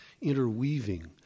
interweaving